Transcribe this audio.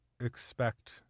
expect